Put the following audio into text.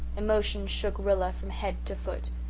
emotion shook rilla from head to foot.